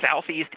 Southeast